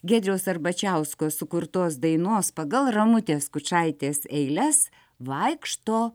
giedriaus arbačiausko sukurtos dainos pagal ramutės skučaitės eiles vaikšto